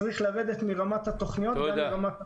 צריך לרדת מרמת התוכניות לרמת הביצוע.